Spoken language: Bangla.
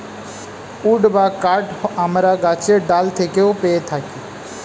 উড বা কাঠ আমরা গাছের ডাল থেকেও পেয়ে থাকি